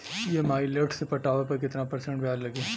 EMI late से पटावे पर कितना परसेंट ब्याज लगी?